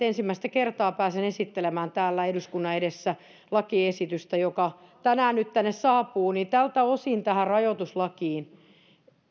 ensimmäistä kertaa pääsen esittelemään täällä eduskunnan edessä lakiesitystä joka tänään nyt tänne saapuu tältä osin tähän rajoituslakiin